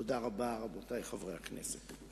תודה רבה, רבותי חברי הכנסת.